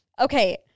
okay